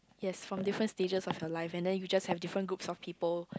yes from different stages of your life and then you just have different groups of people